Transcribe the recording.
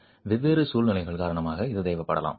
வெவ்வேறு சூழ்நிலைகள் காரணமாக இது தேவைப்படலாம்